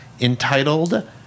entitled